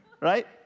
right